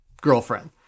girlfriend